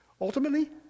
Ultimately